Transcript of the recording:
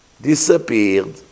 disappeared